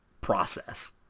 process